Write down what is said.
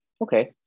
Okay